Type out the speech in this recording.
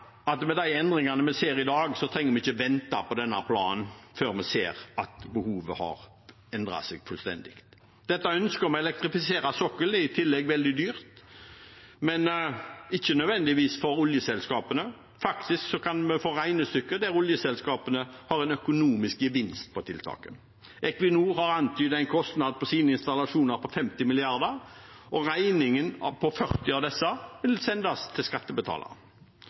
at med de endringene vi ser i dag, trenger vi ikke vente på denne planen før vi ser at behovet har endret seg fullstendig. Dette ønsket om å elektrifisere sokkelen er i tillegg veldig dyrt – men ikke nødvendigvis for oljeselskapene. Faktisk kan vi se regnestykker der oljeselskapene har en økonomisk gevinst av tiltakene. Equinor har antydet en kostnad på sine installasjoner på 50 mrd. kr, og regningen for 40 av disse vil sendes til